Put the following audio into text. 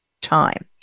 time